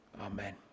Amen